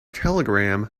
telegram